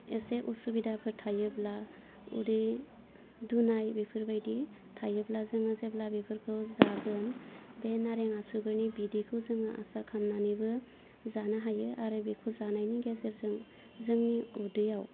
इसे उसुबिदाफोर थायोब्ला उदै दुनाय बेफोरबायदि थायोब्ला जोङो जेब्ला बेफोरखौ जागोन बे नारें आसुगुरनि बिदैखौ जोङो आसार खालामनानैबो जानो हायो आरो बेखौ जानायनि गेजेरजों जोंनि उदैयाव